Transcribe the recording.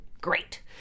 great